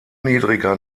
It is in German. niedriger